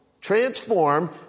transform